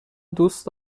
دوست